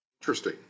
Interesting